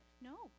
No